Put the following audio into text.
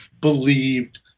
believed